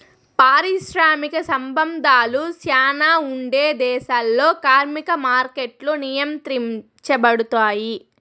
పారిశ్రామిక సంబంధాలు శ్యానా ఉండే దేశాల్లో కార్మిక మార్కెట్లు నియంత్రించబడుతాయి